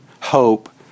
hope